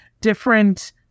different